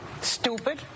stupid